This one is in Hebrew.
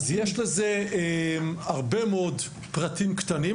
אז יש לזה הרבה מאוד פרטים קטנים,